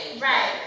Right